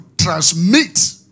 transmit